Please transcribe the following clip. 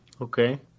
Okay